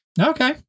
Okay